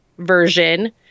version